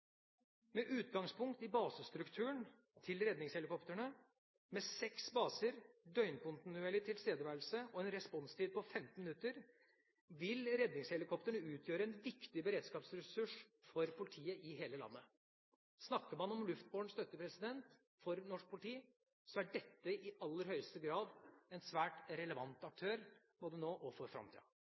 Med utgangspunkt i basestrukturen med seks baser, døgnkontinuerlig tilstedeværelse og en responstid på 15 minutter vil redningshelikoptrene utgjøre en viktig beredskapsressurs for politiet i hele landet. Snakker man om luftbåren støtte for norsk politi, er dette i aller høyeste grad en svært relevant aktør, både nå og for framtida.